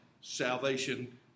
salvation